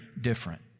different